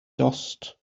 dost